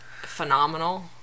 phenomenal